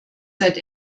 seit